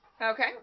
Okay